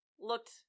looked